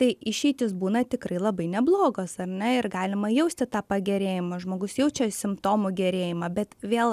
tai išeitys būna tikrai labai neblogos ar ne ir galima jausti tą pagerėjimą žmogus jaučia simptomų gerėjimą bet vėl